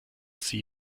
see